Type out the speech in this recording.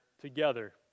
together